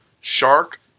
shark